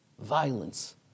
violence